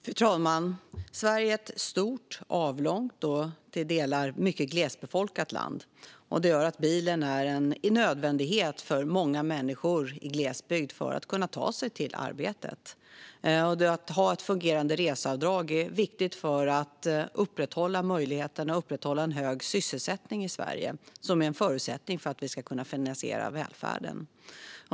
Fru talman! Sverige är ett stort, avlångt och till delar mycket glesbefolkat land. Det gör att bilen är en nödvändighet för många människor i glesbygd för att kunna ta sig till arbetet. Att ha ett fungerande reseavdrag är viktigt för att upprätthålla möjligheten att ha en hög sysselsättning i Sverige, vilket är en förutsättning för att vi ska kunna finansiera välfärden.